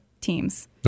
teams